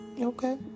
Okay